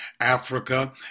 Africa